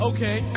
Okay